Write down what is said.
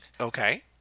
Okay